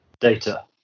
data